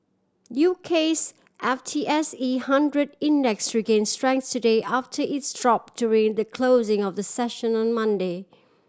UK's F T S E hundred Index regain strength today after its drop during the closing of the session on Monday